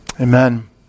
Amen